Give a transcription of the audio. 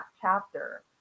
chapter